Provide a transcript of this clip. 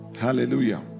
Hallelujah